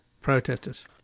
protesters